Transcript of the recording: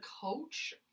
coach